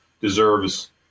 deserves